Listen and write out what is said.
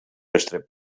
estret